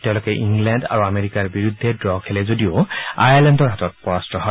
তেওঁলোকে ইংলেণ্ড আৰু আমেৰিকাৰ বিৰুদ্ধে ড় খেলে যদিও আয়াৰলেণ্ডৰ হাতত পৰাস্ত হয়